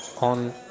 on